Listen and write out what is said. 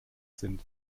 sind